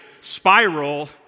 spiral